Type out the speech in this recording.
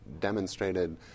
demonstrated